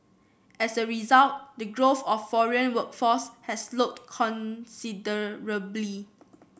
as a result the growth of foreign workforce has slowed considerably